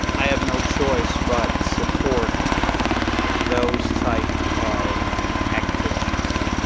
i have no choice but support those type of activities.